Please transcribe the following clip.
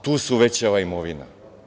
Tu se uvećava imovina.